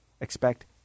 expect